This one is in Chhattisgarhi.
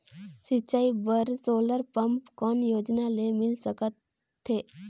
सिंचाई बर सोलर पम्प कौन योजना ले मिल सकथे?